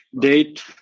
date